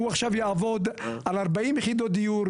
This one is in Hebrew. שהוא עכשיו יעבוד על 40 יחידות דיור,